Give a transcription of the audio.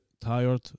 tired